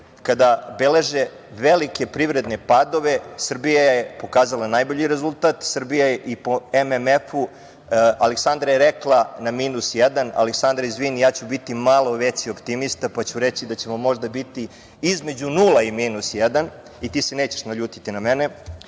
kada beleže velike privredne padove, Srbija je pokazala najbolji rezultat. Srbija je, po MMF-u, Aleksandra je rekla na minus 1, ali, Aleksandra, izvini, ja ću biti malo veći optimista, pa ću reći da ćemo možda biti između nula i minus 1 i ti se nećeš naljutiti na mene. Imamo